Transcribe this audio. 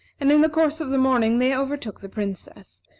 and in the course of the morning they overtook the princess,